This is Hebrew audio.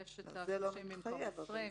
יש 30 במקום 20,